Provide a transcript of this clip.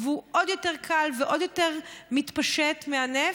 והוא עוד יותר קל ועוד יותר מתפשט מהנפט,